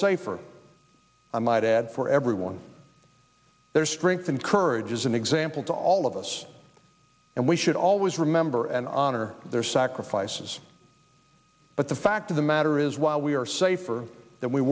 safer i might add for everyone their strength and courage is an example to all of us and we should always remember and honor their sacrifices but the fact of the matter is while we are safer than we